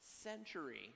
century